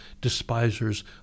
despisers